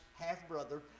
half-brother